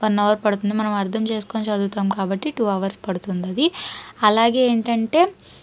one hour పడుతుంది మనం అర్థం చేస్కొని చదువుతాం కాబట్టి టు అవర్స్ పడుతుందది అలాగే ఏంటంటే